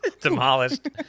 demolished